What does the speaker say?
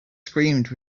screamed